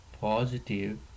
positive